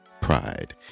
Pride